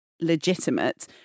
legitimate